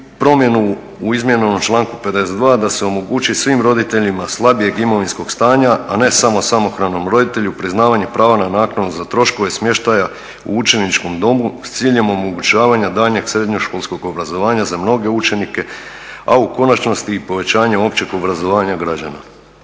promjenu u izmijenjenom članku 52. da se omogući svim roditeljima slabijeg imovinskog stanja, a ne samo samohranom roditelju priznavanje prava na naknadu za troškove smještaja u učeničkom domu s ciljem omogućavanja daljnjeg srednjoškolskog obrazovanja za mnoge učenike a u konačnosti i povećanje općeg obrazovanja građana.